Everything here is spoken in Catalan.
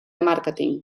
màrqueting